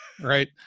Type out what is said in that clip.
right